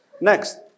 Next